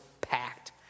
packed